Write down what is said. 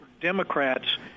Democrats